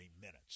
minutes